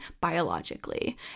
biologically